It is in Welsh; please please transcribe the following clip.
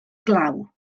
glaw